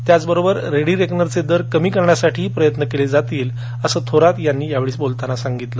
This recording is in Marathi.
त्याचबरोबर रेडी रेकनरचे दर कमी करण्यासाठीही प्रयत्न केले जातील असे थोरात यांनी या वेळी बोलताना सांगितले